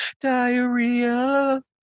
Diarrhea